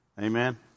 Amen